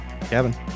Kevin